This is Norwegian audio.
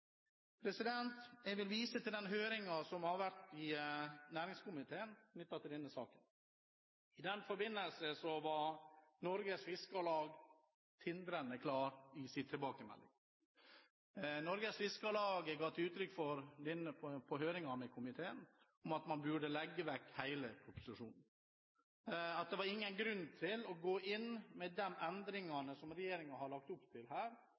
næringskomiteen når det gjelder denne saken. I den forbindelse var Norges Fiskarlag tindrende klare i sin tilbakemelding. Norges Fiskarlag ga i høringen med komiteen uttrykk for at man burde legge vekk hele proposisjonen: Det var ingen grunn til å gå inn med de endringene som regjeringen har lagt opp til,